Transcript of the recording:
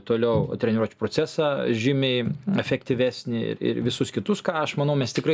toliau treniruočių procesą žymiai efektyvesnį ir ir visus kitus ką aš manau mes tikrai